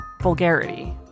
vulgarity